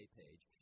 page